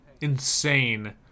insane